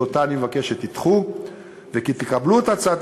שאותה אני מבקש שתדחו ותקבלו את הצעת